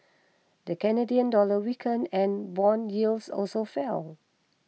the Canadian dollar weakened and bond yields also fell